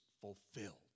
fulfilled